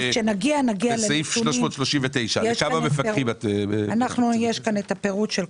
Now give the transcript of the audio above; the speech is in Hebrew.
תקצבנו את תשלום שכרם של כ-13,490 מפקחי טוהר בחירות שיוצבו